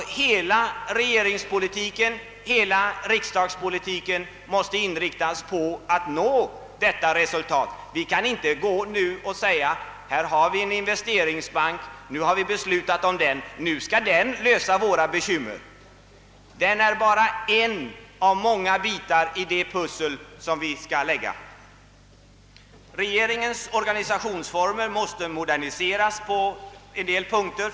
Hela regeringspolitiken och hela riksdagspolitiken måste inriktas på att nå detta resultat. Vi kan inte bara säga till medborgarna: »Här har vi en investeringsbank. Nu skall den klara våra bekymmer.» Investeringsbanken är endast en av många bitar i det pussel som vi skall lägga. Regeringens organisationsformer måste moderniseras på en del punkter.